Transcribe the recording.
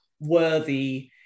worthy